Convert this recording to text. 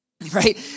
right